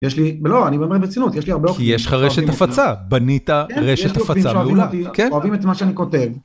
יש לי, לא, אני אומר ברצינות, יש לי הרבה עוקבים. - כי יש לך רשת הפצה, בנית רשת הפצה, מעולה. - יש לי עוקבים שאוהבים אותי, אוהבים את מה שאני כותב.